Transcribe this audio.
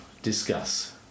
Discuss